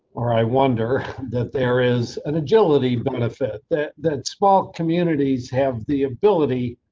or i wonder that there is an agility benefit that that small communities have the ability.